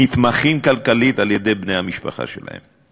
נתמכים כלכלית על-ידי בני המשפחה שלהם,